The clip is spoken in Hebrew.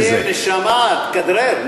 נסים, נשמה, תכדרר.